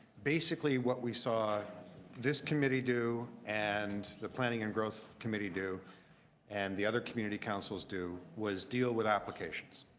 basically, what we saw this committee do and the planning and growth committee do and the other community councils do was deal with applications.